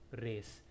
race